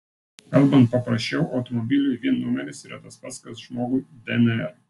kalbant paprasčiau automobiliui vin numeris yra tas pats kas žmogui dnr